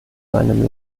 seinem